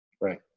Right